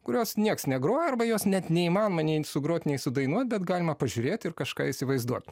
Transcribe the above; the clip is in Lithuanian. kurios niekas negroja arba jos net neįmanoma nei sugroti nei sudainuot bet galima pažiūrėt ir kažką įsivaizduot